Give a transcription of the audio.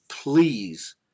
Please